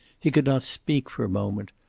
he could not speak for a moment.